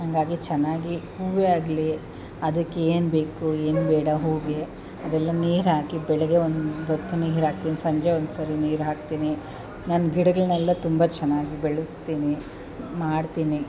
ಹಾಗಾಗಿ ಚೆನ್ನಾಗಿ ಹೂವೇ ಆಗಲೀ ಅದಕ್ಕೇನು ಬೇಕು ಏನು ಬೇಡ ಹೂವಿಗೆ ಅದೆಲ್ಲ ನೀರು ಹಾಕಿ ಬೆಳಗ್ಗೆ ಒಂದು ಹೊತ್ತು ನೀರು ಹಾಕ್ತೀನಿ ಸಂಜೆ ಒಂದು ಸರಿ ನೀರು ಹಾಕ್ತೀನಿ ನನ್ನ ಗಿಡಗಳ್ನೆಲ್ಲ ತುಂಬ ಚೆನ್ನಾಗಿ ಬೆಳೆಸ್ತೀನಿ ಮಾಡ್ತೀನಿ